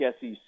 SEC